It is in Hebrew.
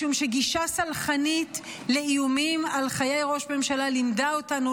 משום שגישה סלחנית לאיומים על חיי ראש ממשלה לימדה אותנו,